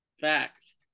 Facts